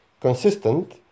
consistent